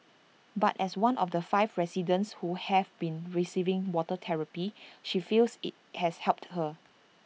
but as one of the five residents who have been receiving water therapy she feels IT has helped her